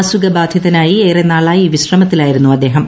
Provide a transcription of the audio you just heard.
അസുഖബാധിതനായി ഏറെ നാളായി വിശ്രമത്തിലായിരുന്നു അദ്ദേഹം